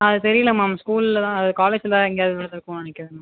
அது தெரியலை மேம் ஸ்கூலில் தான் காலேஜில் தான் எங்கேயாது விழுந்திருக்கும் நினைக்கிறேன் மேம்